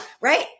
right